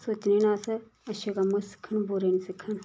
सोचने न अस अच्छे कम्म अस सिक्खन बुरे नी सिक्खन